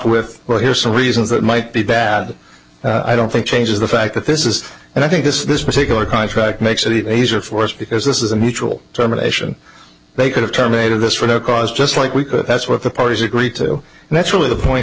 with well here's some reasons that might be bad i don't think changes the fact that this is and i think this this particular contract makes it easier for us because this is a mutual time dilation they could have terminated just for their cause just like we could that's what the parties agreed to and that's really the point